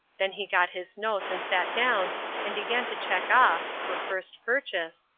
then he got his notes and sat down and began to check off, for first purchase,